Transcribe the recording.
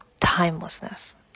timelessness